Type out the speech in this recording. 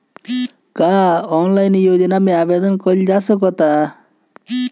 का ऑनलाइन योजना में आवेदन कईल जा सकेला?